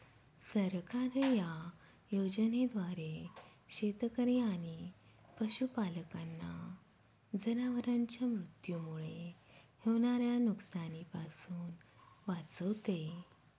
सरकार या योजनेद्वारे शेतकरी आणि पशुपालकांना जनावरांच्या मृत्यूमुळे होणाऱ्या नुकसानीपासून वाचवते